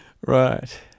Right